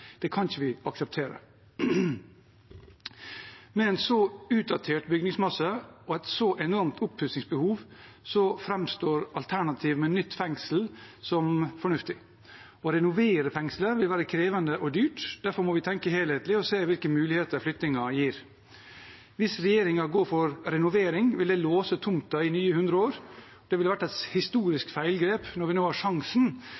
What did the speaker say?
Det kan vi ikke akseptere. Med en så utdatert bygningsmasse og et så enormt oppussingsbehov framstår alternativet med nytt fengsel som fornuftig. Å renovere fengslet vil være krevende og dyrt. Derfor må vi tenke helhetlig og se hvilke muligheter flyttingen gir. Hvis regjeringen går for renovering, vil det låse tomten i nye hundre år. Det vil være et